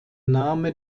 name